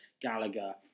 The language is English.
Gallagher